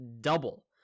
double